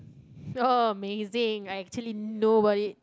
amazing I actually know about it